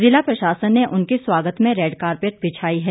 जिला प्रशासन ने उनके स्वागत में रैड कारपैट बिछाई है